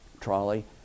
trolley